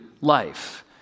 life